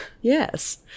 yes